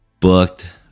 booked